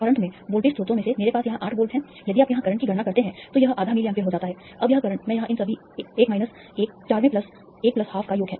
और अंत में वोल्टेज स्रोतों में से मेरे पास यहां 8 वोल्ट हैं यदि आप यहां करंट की गणना करते हैं तो यह आधा मिली एम्पीयर हो जाता है अब यह करंट मैं यहां इन सभी 1 माइनस 1 4 वें प्लस 1 प्लस हाफ का योग है